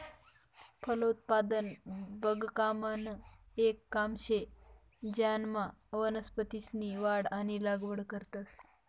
फलोत्पादन बागकामनं येक काम शे ज्यानामा वनस्पतीसनी वाढ आणि लागवड करतंस